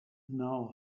know